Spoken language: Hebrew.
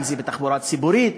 אם בתחבורה ציבורית,